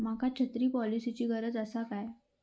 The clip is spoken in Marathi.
माका छत्री पॉलिसिची गरज आसा काय?